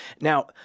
Now